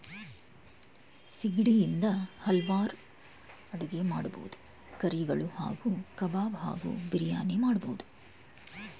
ಸಿಗಡಿ ಇಂದ ಹಲ್ವಾರ್ ಅಡಿಗೆ ಮಾಡ್ಬೋದು ಕರಿಗಳು ಹಾಗೂ ಕಬಾಬ್ ಹಾಗೂ ಬಿರಿಯಾನಿ ಮಾಡ್ಬೋದು